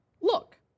Look